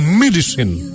medicine